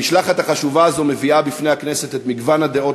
המשלחת החשובה הזאת מביאה בפני הכנסת את מגוון הדעות